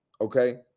okay